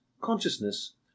consciousness